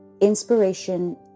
Inspiration